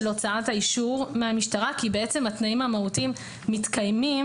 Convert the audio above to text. הוצאת האישור מהמשטרה כי בעצם התנאים המהותיים מתקיימים